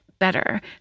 better